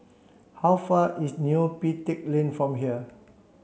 how far is Neo Pee Teck Lane from here